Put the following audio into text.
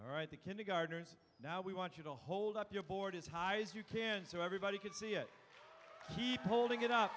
right the kindergartners now we want you to hold up your board as high as you can so everybody can